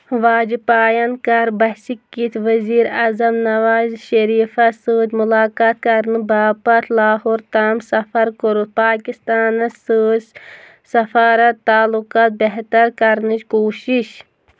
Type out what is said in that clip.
واجہِ پاین کَر بَسہِ کِتھ وَزیٖر اعظم نوازِ شریٖفَس سۭتۍ مُلاقات کَرنہٕ باپَتھ لاہور تام سفر کوٚرُتھ پاکِستانَس سۭتۍ سَفارا تعلُقات بہتر کَرنٕچ کوٗشِش